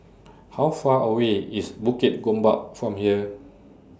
How Far away IS Bukit Gombak from here